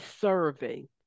serving